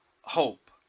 hope